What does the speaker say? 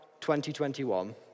2021